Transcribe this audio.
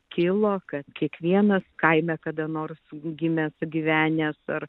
kilo kad kiekvienas kaime kada nors gimęs gyvenęs ar